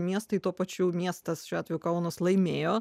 miestai tuo pačiu miestas šiuo atveju kaunas laimėjo